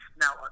now